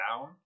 down